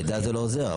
מידע זה לא עוזר.